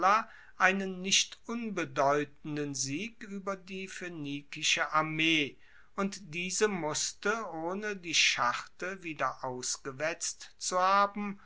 einen nicht unbedeutenden sieg ueber die phoenikische armee und diese musste ohne die scharte wieder ausgewetzt zu haben